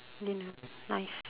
nice